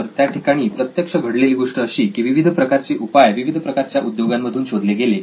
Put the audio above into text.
तर त्या ठिकाणी प्रत्यक्ष घडलेली गोष्ट अशी की विविध प्रकारचे उपाय विविध प्रकारच्या उद्योगांमधून शोधले गेले